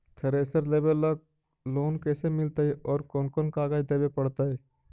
Thresher लेबे ल loan कैसे मिलतइ और कोन कोन कागज देबे पड़तै?